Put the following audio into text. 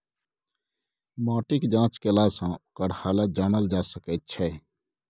माटिक जाँच केलासँ ओकर हालत जानल जा सकैत छै